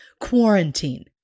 quarantine